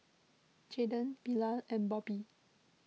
Jaden Bilal and Bobbie